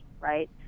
right